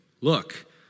Look